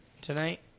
tonight